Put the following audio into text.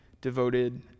Devoted